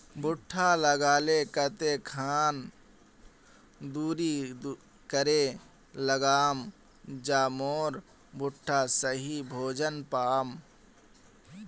भुट्टा लगा ले कते खान दूरी करे लगाम ज मोर भुट्टा सही भोजन पाम?